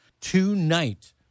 Tonight